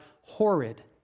horrid